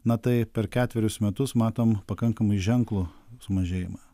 na tai per ketverius metus matom pakankamai ženklų sumažėjimą